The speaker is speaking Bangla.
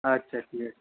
আচ্ছা ঠিক আছে